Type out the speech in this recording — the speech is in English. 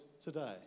today